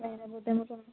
വേറെ ബുദ്ധിമുട്ടുകളൊന്നും